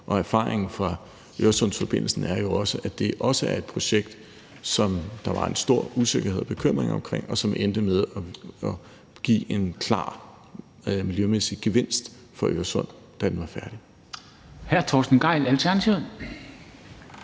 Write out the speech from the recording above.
og erfaringen fra Øresundsforbindelsen er jo også, at det var et projekt, der var en stor usikkerhed og bekymring omkring, men som endte med at give en klar miljømæssig gevinst for Øresund, da det var færdigt.